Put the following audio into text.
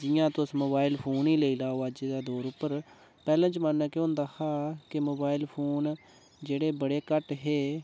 जियां तुस mobile phone ई लेई लैओ अज्ज दे दौर उप्पर पैह्ले जमानै केह् होंदा हा कि मोबाइल फोन जेह्ड़े बड़े घट्ट हे